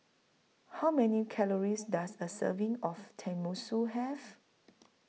How Many Calories Does A Serving of Tenmusu Have